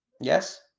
Yes